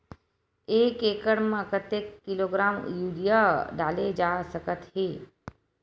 एक एकड़ म कतेक किलोग्राम यूरिया डाले जा सकत हे?